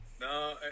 No